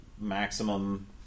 Maximum